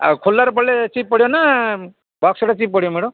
ଆଉ ଖୋଲାର ପଡ଼ିଲେ ଚିପ୍ ପଡ଼ିବ ନା ବକ୍ସ ସେଟା ଚିପ୍ ପଡ଼ିବ ମ୍ୟାଡ଼ାମ୍